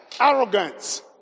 arrogance